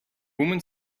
woman